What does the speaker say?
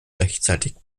rechtzeitig